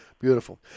beautiful